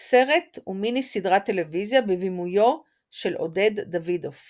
– סרט ומיני סדרת טלוויזיה בבימויו של עודד דוידוף